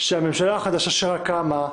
שהממשלה החדשה שרק קמה,